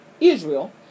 Israel